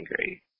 angry